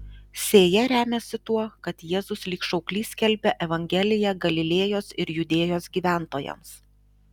sėja remiasi tuo kad jėzus lyg šauklys skelbia evangeliją galilėjos ir judėjos gyventojams